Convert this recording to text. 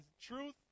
truth